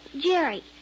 Jerry